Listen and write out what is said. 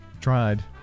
Tried